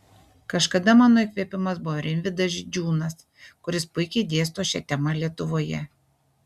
kažkada mano įkvėpimas buvo rimvydas židžiūnas kuris puikiai dėsto šia tema lietuvoje